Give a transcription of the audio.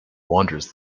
wanders